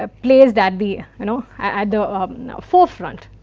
ah placed at the you know at the forefront,